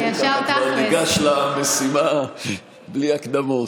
אז הוא כבר ניגש למשימה בלי הקדמות.